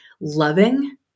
loving